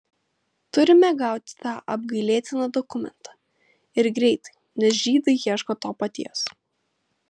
turime gauti tą apgailėtiną dokumentą ir greitai nes žydai ieško to paties